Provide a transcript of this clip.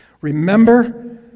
remember